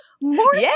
More